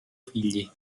figli